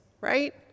right